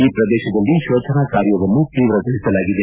ಈ ಪ್ರದೇಶದಲ್ಲಿ ಶೋಧನಾ ಕಾರ್ಯವನ್ನು ತೀವ್ರಗೊಳಸಲಾಗಿದೆ